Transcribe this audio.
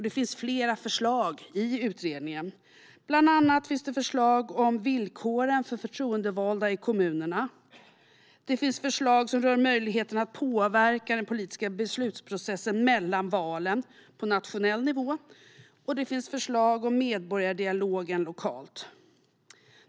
Det finns flera förslag i utredningen. Bland annat finns förslag om villkoren för förtroendevalda i kommunerna, förslag som rör möjligheten att påverka den politiska beslutsprocessen mellan valen på nationell nivå och förslag om medborgardialogen lokalt.